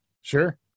Sure